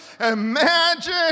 imagine